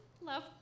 love